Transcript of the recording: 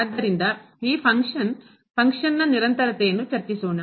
ಆದ್ದರಿಂದ ಈ ಫಂಕ್ಷನ್ನು ಪಂಕ್ಷನ್ ನ ನಿರಂತರತೆಯನ್ನು ಚರ್ಚಿಸೋಣ